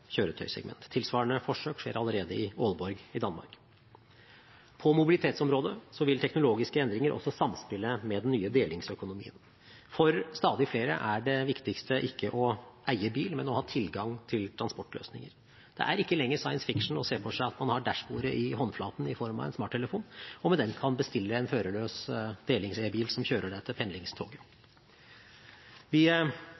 Tilsvarende forsøk skjer allerede i Aalborg i Danmark. På mobilitetsområdet vil teknologiske endringer også samspille med den nye delingsøkonomien. For stadig flere er det viktigste ikke å eie bil, men å ha tilgang til transportløsninger. Det er ikke lenger science fiction å se for seg at man har dashbordet i håndflaten i form av en smarttelefon, og med den kan bestille en førerløs delingselbil som kjører deg til